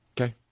Okay